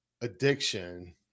addiction